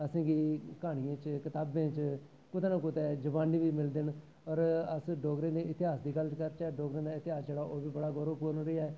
असें गी क्हानियें च कताबें च कुतै ना कुतै जवानी बी मिलदे न और अस डोगरें दे इतिहास दी गल्ल करचै डोगरें दा इतिहास जेह्ड़ा ओह् बी बड़ा गौह् भरोचा रेहा ऐ